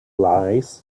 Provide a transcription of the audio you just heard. lies